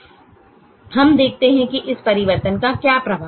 अब हम देखते हैं कि इस परिवर्तन का क्या प्रभाव है